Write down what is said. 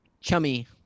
Chummy